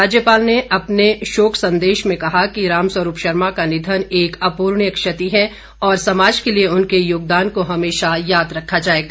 राज्यपाल ने अपने शोक संदेश में कहा कि रामस्वरूप शर्मा का निधन एक अपूर्णीय क्षति है और समाज के लिए उनके योगदान को हमेशा याद रखा जाएगा